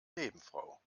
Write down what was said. nebenfrau